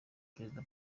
perezida